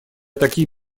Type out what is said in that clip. такие